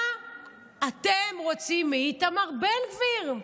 מה אתם רוצים מאיתמר בן גביר?